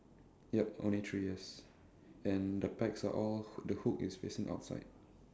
yup only three ears and the bags are all the hook is facing outside